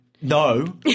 No